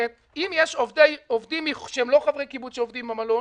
אם יש עובדים שהם לא חברי קיבוץ שעובדים במלון,